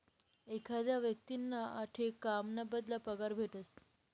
एखादा व्यक्तींना आठे काम ना बदला पगार भेटस